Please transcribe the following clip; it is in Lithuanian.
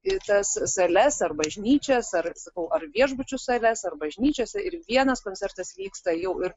ir tas sales ar bažnyčias ar sakau ar viešbučių sales ar bažnyčiose ir vienas koncertas vyksta jau ir